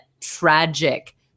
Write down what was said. tragic